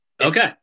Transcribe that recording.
Okay